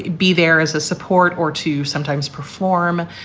be there as a support or to sometimes perform.